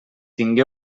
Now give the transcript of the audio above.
tingué